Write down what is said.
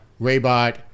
Raybot